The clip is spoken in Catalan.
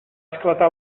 esclatar